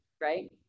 Right